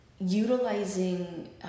utilizing